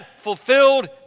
fulfilled